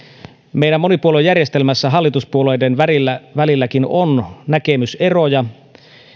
meidän monipuoluejärjestelmässä hallituspuolueiden välilläkin on näkemyseroja